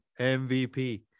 MVP